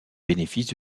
bénéfices